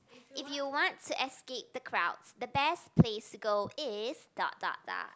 if you want to escape the crowds the best place to go is dot dot dot